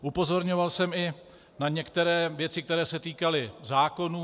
Upozorňoval jsem i na některé věci, které se týkaly zákonů.